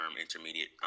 intermediate